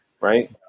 right